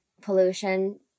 pollution